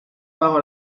bajo